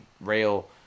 rail